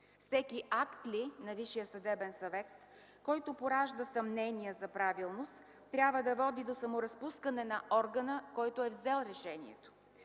Всеки акт ли на Висшия съдебен съвет, който поражда съмнения за правилност, трябва да води до саморазпускане на органа, който е взел решението?